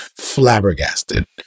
flabbergasted